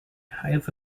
have